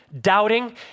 doubting